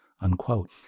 unquote